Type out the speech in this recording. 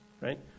right